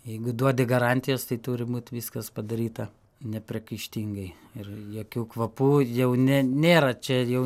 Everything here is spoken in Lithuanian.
jeigu duodi garantijas tai turi būt viskas padaryta nepriekaištingai ir jokių kvapų jau ne nėra čia jau